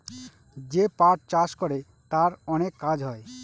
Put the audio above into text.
যে পাট চাষ করে তার অনেক কাজ হয়